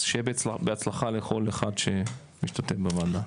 אז שיהיה בהצלחה לכל אחד שמשתתף בוועדה.